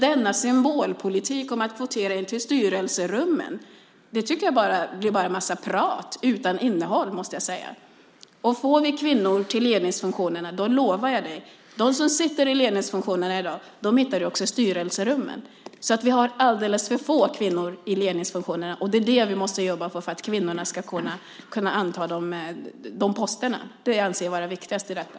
Denna symbolpolitik om kvotering till styrelserummen är bara en massa prat utan innehåll. Får vi kvinnor till ledningsfunktionerna lovar jag dig att någonting händer. De som sitter i ledningsfunktionerna i dag hittar du också i styrelserummen. Vi har alldeles för få kvinnor i ledningsfunktionerna. Vi måste jobba för att kvinnorna ska kunna anta de posterna. Det anser jag vara viktigast i detta.